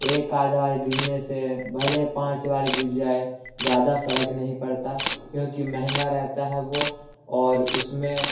ایک آد بار گرنے سے بھلے پانچ بار گر جائے زیادہ فرق نہیں پڑتا کیونکہ مہنگا رہتا ہے وہ اور اس میں